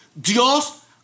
Dios